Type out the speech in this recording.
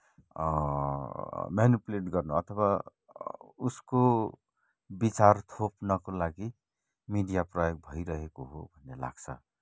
manipulate गर्न अथवा उसको बिचार थोप्नको लागि मिडिया प्रयोग भइरहेको हो भन्ने लाग्छ